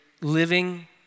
living